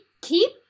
keep